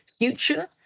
future